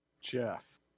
Jeff